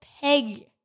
peg